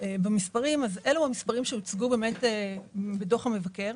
אלה המספרים שהוצגו בדוח המבקר.